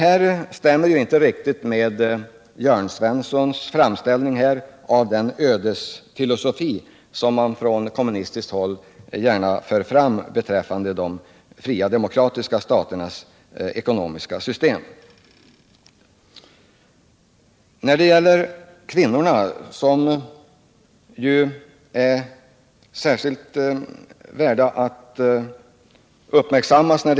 Denna utveckling stämmer inte riktigt med Jörn Svenssons framställning av den ödesfilosofi som man från kommunistiskt håll gärna för fram rörande de fria demokratiska staternas ekonomiska system. I sysselsättningsfrågorna måste kvinnornas möjligheter särskilt uppmärksammas.